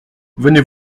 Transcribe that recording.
venez